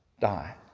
die